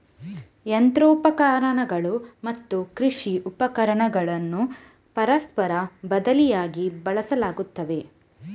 ಯಂತ್ರೋಪಕರಣಗಳು ಮತ್ತು ಕೃಷಿ ಉಪಕರಣಗಳನ್ನು ಪರಸ್ಪರ ಬದಲಿಯಾಗಿ ಬಳಸಲಾಗುತ್ತದೆ